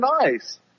nice